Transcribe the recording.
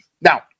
Now